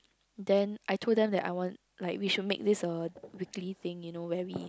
then I told them that I want like we should make this a weekly thing you know where we